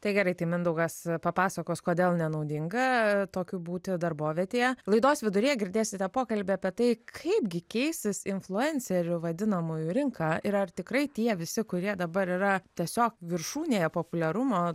tai gerai tai mindaugas papasakos kodėl nenaudinga tokiu būti darbovietėje laidos viduryje girdėsite pokalbį apie tai kaipgi keisis influencerių vadinamųjų rinka ir ar tikrai tie visi kurie dabar yra tiesiog viršūnėje populiarumo